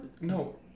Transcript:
No